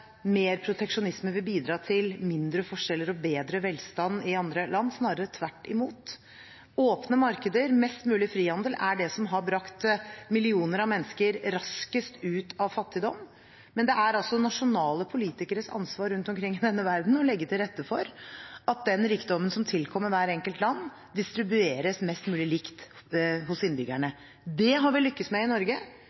mer proteksjonisme vil bidra til mindre forskjeller og bedre velstand i andre land, snarere tvert imot. Åpne markeder og mest mulig frihandel er det som har brakt millioner av mennesker raskest ut av fattigdom. Men det er altså nasjonale politikeres ansvar rundt omkring i denne verden å legge til rette for at den rikdommen som tilkommer hvert enkelt land, distribueres mest mulig likt hos innbyggerne.